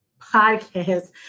podcast